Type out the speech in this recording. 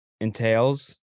entails